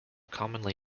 commonly